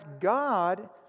God